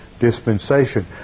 dispensation